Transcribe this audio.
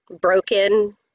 broken